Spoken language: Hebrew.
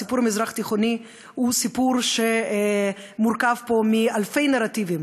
הסיפור המזרח-תיכוני הוא סיפור שמורכב פה מאלפי נרטיבים,